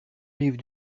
rives